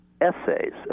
essays